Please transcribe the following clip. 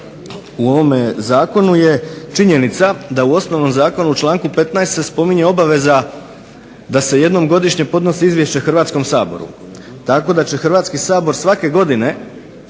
u ovome zakonu je činjenica da u osnovnom zakonu u članku 15. spominje obveza da se jednom godišnje podnosi izvješće Hrvatskom saboru, tako da će Hrvatski sabor svake godine